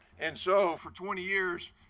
and so for twenty years,